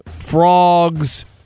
frogs